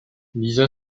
lisa